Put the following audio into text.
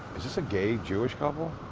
this a gay, jewish couple?